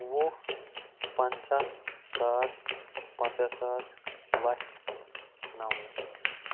وُہ پَنٛژاہ ساس پَنٛژاہ ساس لَچھ نَو لَچھ